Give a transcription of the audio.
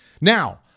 Now